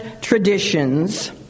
traditions